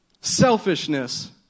selfishness